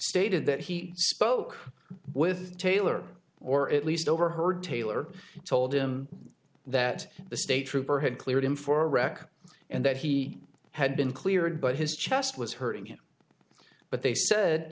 stated that he spoke with taylor or at least overheard taylor told him that the state trooper had cleared him for a wreck and that he had been cleared but his chest was hurting him but they said